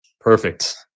Perfect